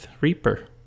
reaper